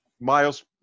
miles